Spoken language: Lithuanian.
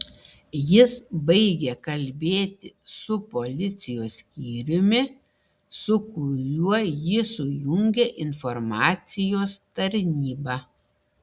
jis baigė kalbėti su policijos skyriumi su kuriuo jį sujungė informacijos tarnyba